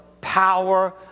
power